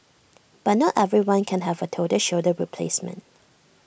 but not everyone can have A total shoulder replacement